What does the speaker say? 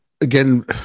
again